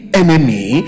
enemy